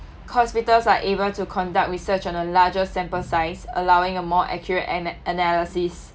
hospitals are able to conduct research on a larger sample size allowing a more accurate and analysis